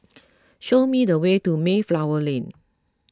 show me the way to Mayflower Lane